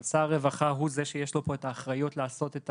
אבל שר הרווחה הוא שיש לו את האחריות לעשות את